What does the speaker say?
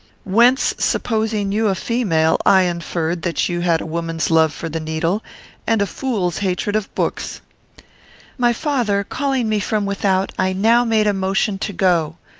whence, supposing you a female, i inferred that you had a woman's love for the needle and a fool's hatred of books my father calling me from without, i now made a motion to go.